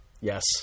Yes